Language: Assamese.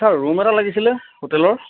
ৰুম এটা লাগিছিলে হোটেলৰ